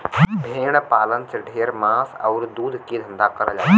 भेड़ पालन से ढेर मांस आउर दूध के धंधा करल जाला